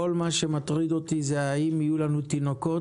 כל מה שמטריד אותי הוא האם יהיו לנו תינוקות